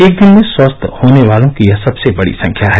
एक दिन में स्वस्थ होने वालों की यह सबसे बडी संख्या है